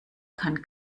kann